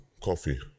coffee